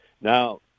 Now